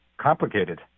complicated